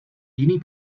jiný